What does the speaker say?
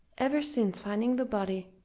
ever since finding the body,